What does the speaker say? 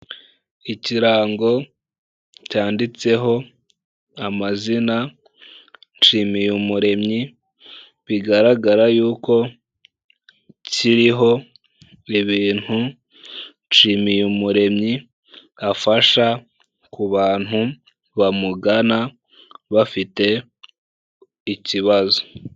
Ikirango cyanditseho amazina Nshimiyumuremyi, bigaragara yuko kiriho ibintu Nshimiyumuremyi afasha, ku bantu bamugana bafite ikibazo.